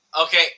Okay